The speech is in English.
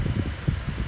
then after we can go eat